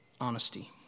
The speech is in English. honesty